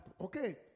okay